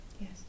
Yes